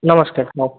ନମସ୍କାର ହଉ